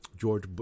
George